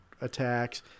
attacks